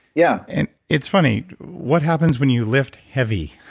yeah and it's funny what happens when you lift heavy?